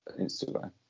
Instagram